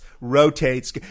rotates